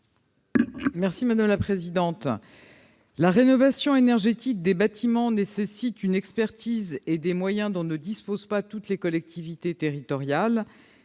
est à Mme la ministre. La rénovation énergétique des bâtiments nécessite une expertise et des moyens dont ne disposent pas toutes les collectivités territoriales.